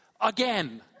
again